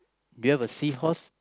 do you have a seahorse